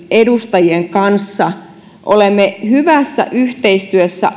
edustajien kanssa olemme hyvässä yhteistyössä